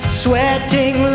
sweating